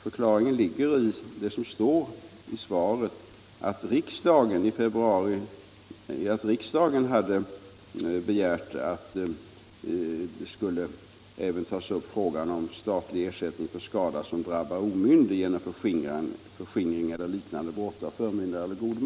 Förklaringen till detta finns att läsa i svaret, nämligen att riksdagen hade begärt att även frågan om statlig ersättning genom förmyndare eller god man för skada som drabbar omyndig genom förskingring eller liknande brott skulle tagas upp.